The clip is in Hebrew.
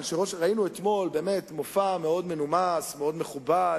ראינו אתמול מופע מאוד מנומס, מאוד מכובד.